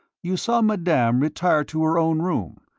you saw madame retire to her own room,